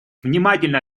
внимательно